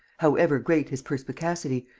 however great his perspicacity,